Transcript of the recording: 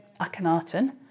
Akhenaten